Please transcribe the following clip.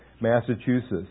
Massachusetts